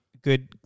good